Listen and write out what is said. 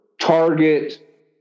target